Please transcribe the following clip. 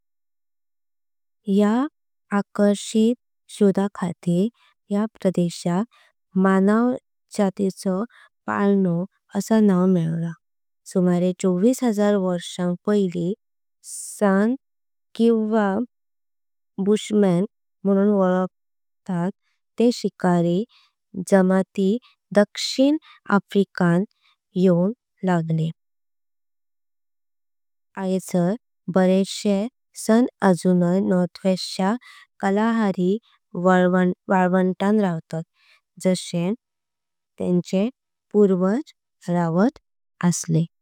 या आकर्षित शोधा खातिर या प्रदेशाक। मानवजातीचो पळणो। असा नाव मेलाला सुमारे चौविस हजार वर्सांक। पायली सन किव्हा बुशमन। म्हणून वल्कतात ते शिकारी जमाती दक्षिण आफ्रिका। काण येंक लागले आयज बरेचशे सन आजुनय। नॉर्थवेस्ट च्या कालाहारी वाल्वन्ताण। रावतात जशे तेंचे पुर्वाच रावत तशे।